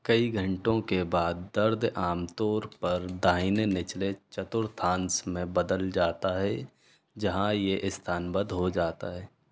कई घंटों के बाद दर्द आमतौर पर दाहिने निचले चतुर्थांश में बदल जाता है जहाँ यह स्थानबद्ध हो जाता है